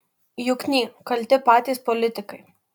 jukny kalti patys politikai